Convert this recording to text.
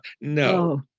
no